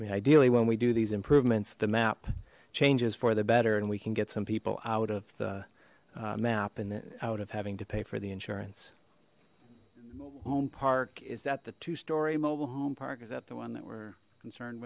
i mean ideally when we do these improvements the map changes for the better and we can get some people out of the map and out of having to pay for the insurance home park is that the two story mobile home park is that the one that we're concerned